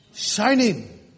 Shining